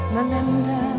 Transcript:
Melinda